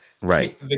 right